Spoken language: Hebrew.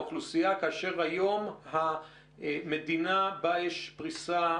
ידי האוכלוסייה, כאשר היום המדינה בה יש את הפריסה